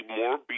more